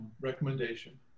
recommendation